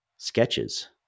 sketches